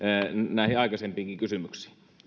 näihin aikaisempiinkin kysymyksiin